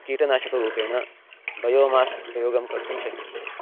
कीटनाशकरूपेण बयो मास्क् उपयोगं कर्तुं शक्यते